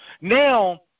Now